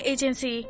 Agency